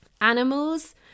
animals